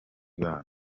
bana